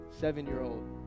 seven-year-old